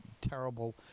terrible